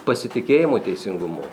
pasitikėjimo teisingumo